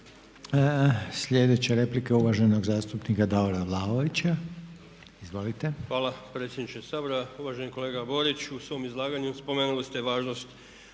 Sljedeća replika je uvaženog zastupnika Davora Vlaovića. Izvolite. **Vlaović, Davor (HSS)** Hvala predsjedniče Sabora. Uvaženi kolega Boriću, u svom izlaganju spomenuli ste važnost